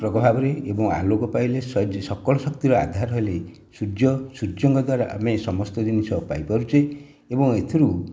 ପ୍ରଭାବରେ ଏବଂ ଆଲୋକ ପାଇଲେ ସକଳ ଶକ୍ତିର ଆଧାର ହେଲେ ସୂର୍ଯ୍ୟ ସୂର୍ଯ୍ୟଙ୍କ ଦ୍ୱାରା ଆମେ ସମସ୍ତ ଜିନିଷ ପାଇପାରୁଛେ ଏବଂ ଏଥିରୁ